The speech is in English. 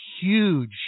huge